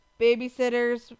babysitters